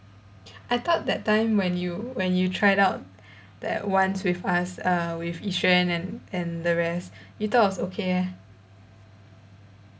I thought that time when you when you try out that ones with us err with yi xuan and and the rest you thought was okay eh